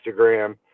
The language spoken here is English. Instagram